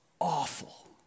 awful